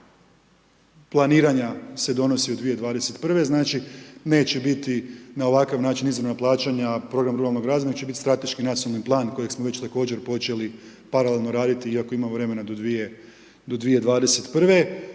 planiranja se donosi u 2021., znači neće biti na ovakav način izravna plaćanja program ruralnog razvoja, nego će biti Strateški nacionalni plan kojeg smo već također počeli paralelno raditi, iako ima vremena do 2021.